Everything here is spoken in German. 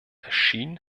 erschien